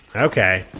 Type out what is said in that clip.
okay,